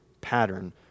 pattern